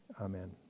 Amen